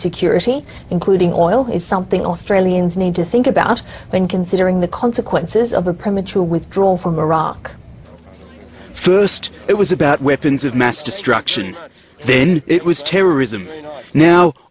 security including oil is something australians need to think about when considering the consequences of a premature withdrawal from iraq first it was about weapons of mass destruction then it was terrorism now